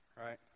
right